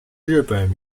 日本